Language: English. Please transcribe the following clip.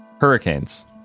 Hurricanes